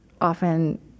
often